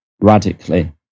radically